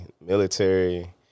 military